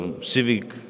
civic